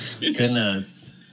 Goodness